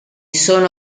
sono